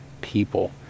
people